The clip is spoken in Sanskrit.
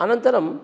अनन्तरं